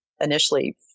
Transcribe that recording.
initially